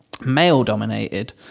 male-dominated